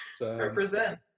Represent